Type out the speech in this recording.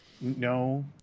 No